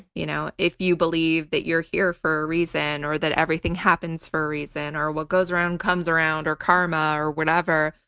you know if you believe that you're here for a reason or that everything happens for a reason or what goes around comes around or karma or whatever,